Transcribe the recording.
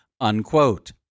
unquote